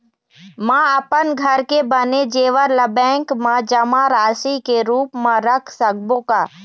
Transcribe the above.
म अपन घर के बने जेवर ला बैंक म जमा राशि के रूप म रख सकबो का?